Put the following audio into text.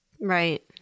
Right